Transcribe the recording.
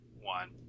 one